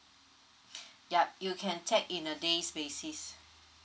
ya you can take in a days' basis